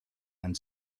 and